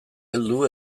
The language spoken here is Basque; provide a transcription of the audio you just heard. heldu